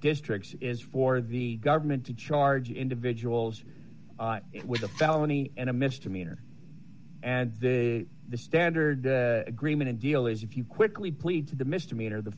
districts is for the government to charge individuals with a felony and a misdemeanor and the standard agreement a deal is if you quickly plead to the misdemeanor the